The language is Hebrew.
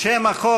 שם החוק